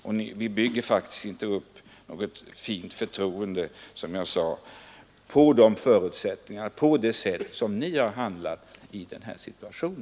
Ni bygger inte upp något förtroende genom det sätt på vilket Ni har handlat i denna situation!